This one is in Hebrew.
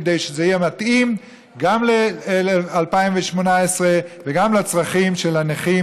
כדי שזה יהיה מתאים גם ל-2018 וגם לצרכים של הנכים,